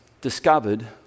discovered